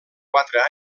quatre